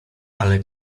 ale